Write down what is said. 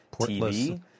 TV